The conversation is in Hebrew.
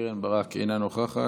קרן ברק אינה נוכחת.